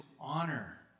honor